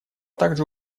также